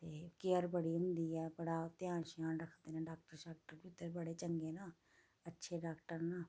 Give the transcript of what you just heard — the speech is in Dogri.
ते केयर बड़ी होंदी ऐ बड़ा ध्यान छ्यान रखदे न डाक्टर शाक्टर बी ते बड़े चंगे ना अच्छे डाक्टर न